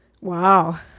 Wow